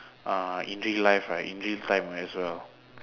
uh in real life right in real time as well